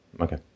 Okay